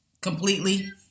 completely